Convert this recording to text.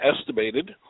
estimated